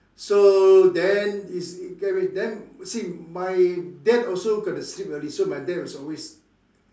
so then you see get what I mean then see my dad also got to sleep early so my dad is always